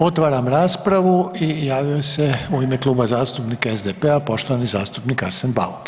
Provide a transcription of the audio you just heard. Otvaram raspravu i javio se u ime Kluba zastupnika SDP-a poštovani zastupnik Arsen Bauk.